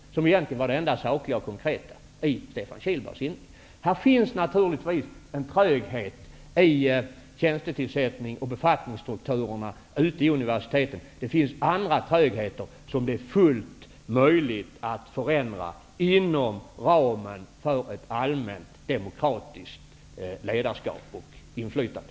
Det var egentligen det enda sakliga och konkreta i Stefan Kihlbergs inlägg. Det finns naturligtvis en tröghet beträffande tjänstetillsättning och befattningsstrukturer ute på universiteten. Men det finns också andra trögheter i fråga om vilka det är fullt möjligt att förändra inom ramen för ett allmänt demokratiskt ledarskap och inflytande.